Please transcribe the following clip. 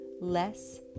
less